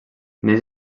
neix